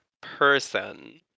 person